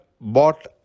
bought